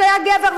שהיה גבר,